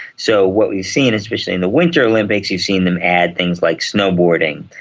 so what we've seen, especially in the winter olympics, you've seen them add things like snowboarding.